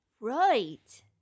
Right